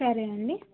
సరేనండి